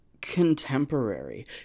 contemporary